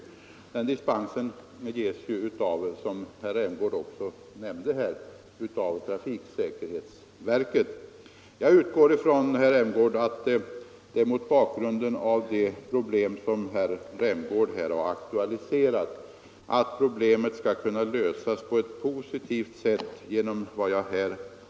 Sådana dispenser ges ju, som herr Rämgård också nämnde, av trafiksäkerhetsverket. Jag utgår från att de problem som herr Rämgård här har aktualiserat skall kunna lösas på ett positivt sätt med vad jag sagt.